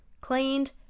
cleaned